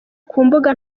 kumbuga